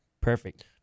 Perfect